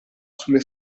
sulle